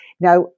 Now